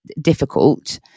difficult